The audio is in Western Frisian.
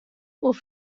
oer